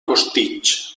costitx